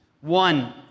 One